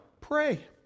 Pray